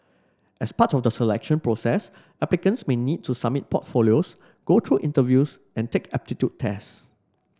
as part of the selection process applicants may need to submit portfolios go through interviews and take aptitude tests